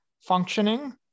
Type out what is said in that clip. functioning